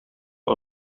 قبل